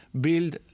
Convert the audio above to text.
build